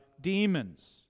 demons